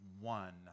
one